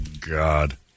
God